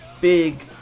big